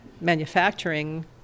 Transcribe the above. manufacturing